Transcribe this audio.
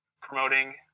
promoting